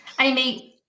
Amy